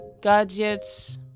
gadgets